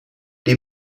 die